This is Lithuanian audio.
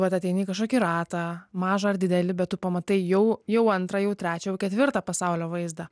vat ateini į kažkokį ratą mažą ar didelį bet tu pamatai jau jau antrą jau trečią ketvirtą pasaulio vaizdą